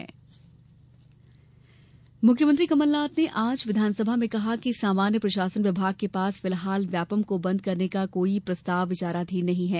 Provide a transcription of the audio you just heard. व्यापम मुख्यमंत्री कमलनाथ ने आज विधानसभा में कहा कि सामान्य प्रशासन विभाग के पास फिलहाल व्यापमं को बंद करने का कोई प्रस्ताव विचाराधीन नहीं है